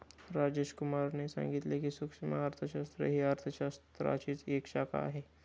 राजेश कुमार ने सांगितले की, सूक्ष्म अर्थशास्त्र ही अर्थशास्त्राचीच एक शाखा आहे